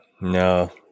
No